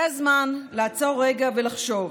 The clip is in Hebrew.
זה הזמן לעצור רגע ולחשוב: